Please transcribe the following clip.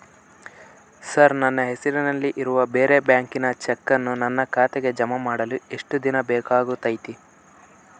Sir ನನ್ನ ಹೆಸರಲ್ಲಿ ಇರುವ ಬೇರೆ ಬ್ಯಾಂಕಿನ ಚೆಕ್ಕನ್ನು ನನ್ನ ಖಾತೆಗೆ ಜಮಾ ಮಾಡಲು ಎಷ್ಟು ದಿನ ಬೇಕಾಗುತೈತಿ?